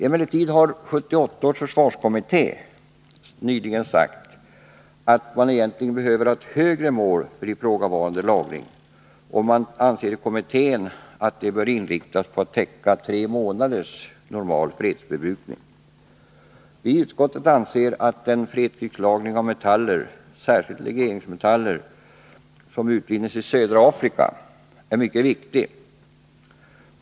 Emellertid har 1978 års försvarskommitté nyligen sagt att vi egentligen behöver ha ett högre mål för ifrågavarande lagring. Man anser inom kommittén att målet bör inriktas på en lagring som täcker tre månaders normal fredsförbrukning. Vi i utskottet anser att en fredskrislagring av metaller, särskilt legeringsmetaller som utvinns i södra Afrika, är mycket viktig.